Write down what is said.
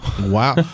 wow